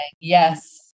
yes